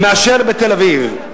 מאשר בתל-אביב.